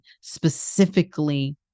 specifically